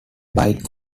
bike